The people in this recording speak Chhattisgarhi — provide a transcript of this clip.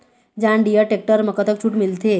जॉन डिअर टेक्टर म कतक छूट मिलथे?